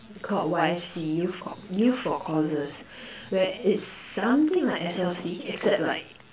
called Y_F_C youth cau~ youth for causes where it's something like S_L_C except like